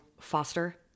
foster